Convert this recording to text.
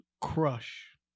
crush